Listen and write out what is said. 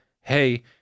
hey